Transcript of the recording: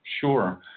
Sure